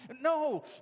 No